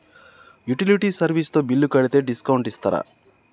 Utility service తో bill కడితే discount ఇస్తరా?